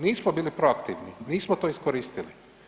Nismo bili proaktivni, nismo to iskoristili.